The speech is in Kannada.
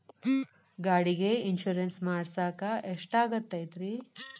ಗಾಡಿಗೆ ಇನ್ಶೂರೆನ್ಸ್ ಮಾಡಸಾಕ ಎಷ್ಟಾಗತೈತ್ರಿ?